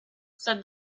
said